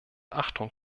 achtung